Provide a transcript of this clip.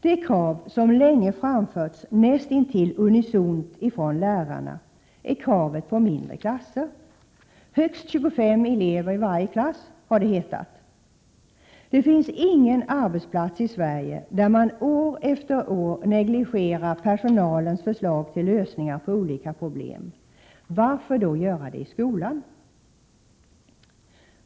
Det krav som länge och näst intill unisont har framförts från lärarna är kravet på mindre klasser — högst 25 elever i varje klass har det hetat. Det finns ingen arbetsplats i Sverige där man år efter år negligerar personalens förslag till lösningar på olika problem — varför då göra det i skolan?